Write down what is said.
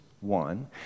one